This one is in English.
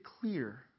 clear